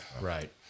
Right